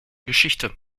geschichte